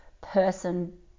person